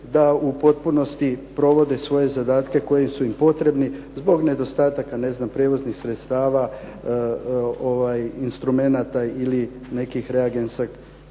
da u potpunosti provode svoje zadatke koji su im potrebni zbog nedostataka ne znam prijevoznih sredstava, instrumenata ili nekih reagensa